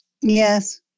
Yes